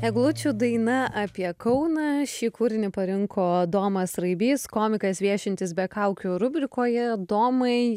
eglučių daina apie kauną šį kūrinį parinko domas raibys komikas viešintis be kaukių rubrikoje domai